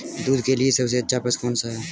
दूध के लिए सबसे अच्छा पशु कौनसा है?